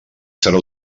serà